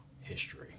history